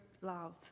love